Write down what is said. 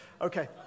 Okay